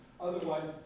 otherwise